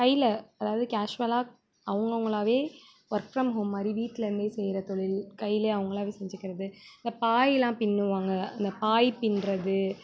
கையில் அதாவது கேஷூவலாக அவங்கவுங்களாவே ஒர்க் ஃப்ரம் ஹோம் மாதிரி வீட்டிலேருந்தே செய்கிற தொழில் கையிலே அவங்களாவே செஞ்சுக்கிறது இந்த பாய் எல்லாம் பின்னுவாங்க அந்த பாய் பின்னுறது